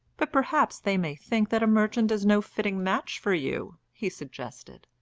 but perhaps they may think that a merchant is no fitting match for you, he suggested.